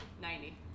ninety